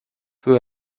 peu